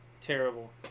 Terrible